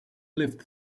lived